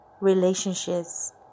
relationships